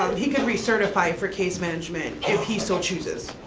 um he could re-certify for case management if he so chooses.